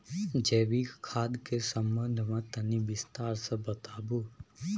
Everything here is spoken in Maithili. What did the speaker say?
जैविक खाद के संबंध मे तनि विस्तार स बताबू?